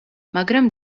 მაგრამ